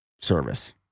service